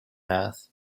math